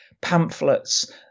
pamphlets